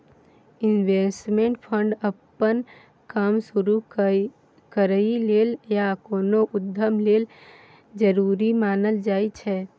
investment fund अप्पन काम शुरु करइ लेल या कोनो उद्यम लेल जरूरी मानल जाइ छै